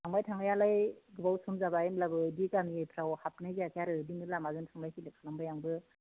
थांबाय थांनायालाय गोबाव सम जाबाय होनब्लाबो बिदि गामिफ्राव हाबनाय जायाखै आरो बिदिनो लामाजों थांलाय फैलाय खालामबाय आंबो